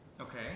Okay